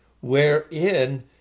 wherein